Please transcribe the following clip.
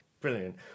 Brilliant